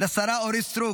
לשרה אורית סטרוק,